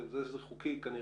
זה שזה חוקי זה בסדר.